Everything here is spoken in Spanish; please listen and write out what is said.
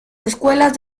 escuelas